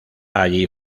allí